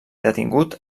detingut